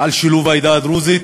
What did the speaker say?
על שילוב העדה הדרוזית.